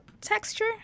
texture